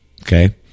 okay